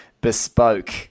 bespoke